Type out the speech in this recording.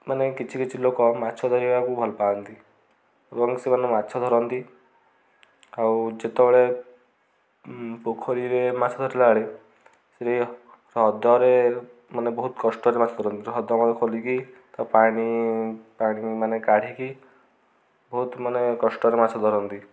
ମାନେ କିଛି କିଛି ଲୋକ ମାଛ ଧରିବାକୁ ଭଲ ପାଆନ୍ତି ଏବଂ ସେମାନେ ମାଛ ଧରନ୍ତି ଆଉ ଯେତେବେଳେ ପୋଖରୀରେ ମାଛ ଧରିଲା ବେଳେ ସେ ହ୍ରଦରେ ମାନେ ବହୁତ କଷ୍ଟରେ ମାଛ ଧରନ୍ତି ହ୍ରଦ ଖୋଲିକି ତାକୁ ପାଣି ପାଣି ମାନେ କାଢ଼ିକି ବହୁତ ମାନେ କଷ୍ଟରେ ମାଛ ଧରନ୍ତି